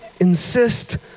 insist